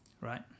Right